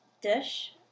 dish